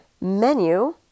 menu